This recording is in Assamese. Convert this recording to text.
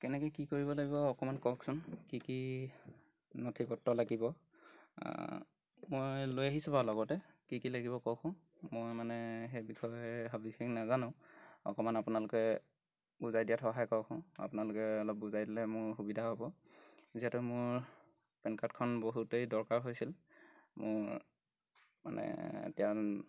কেনেকৈ কি কৰিব লাগিব অকণমান কওকচোন কি কি নথি পত্ৰ লাগিব মই লৈ আহিছোঁ বাৰু লগতে কি কি লাগিব কওকচোন মই মানে সেই বিষয়ে সবিশেষ নাজানো অকণমান আপোনালোকে বুজাই দিয়াত সহায় কওকচোন আপোনালোকে অলপ বুজাই দিলে মোৰ সুবিধা হ'ব যিহেতু মোৰ পেন কাৰ্ডখন বহুতেই দৰকাৰ হৈছিল মোৰ মানে এতিয়া